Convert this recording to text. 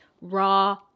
raw